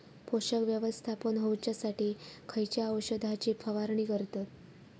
पोषक व्यवस्थापन होऊच्यासाठी खयच्या औषधाची फवारणी करतत?